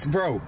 Bro